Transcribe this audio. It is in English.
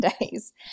days